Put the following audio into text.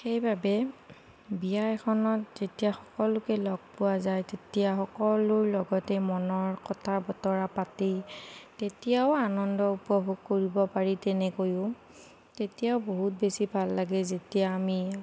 সেইবাবে বিয়া এখনত যেতিয়া সকলোকে লগ পোৱা যায় তেতিয়া সকলোৰ লগতে মনৰ কথা বতৰা পাতি তেতিয়াও আনন্দ উপভোগ কৰিব পাৰি তেনেকৈয়ো তেতিয়াও বহুত বেছি ভাল লাগে যেতিয়া আমি